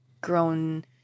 grown